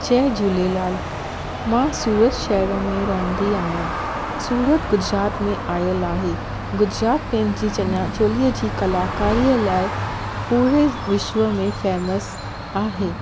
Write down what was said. जय झूलेलाल मां सूरत शहर में रहंदी आहियां सूरत गुजरात में आयलु आहे गुजरात पंहिंजी चनिया चोलीअ जी कलाकारीअ लाइ पूरे विश्व में फेमस आहे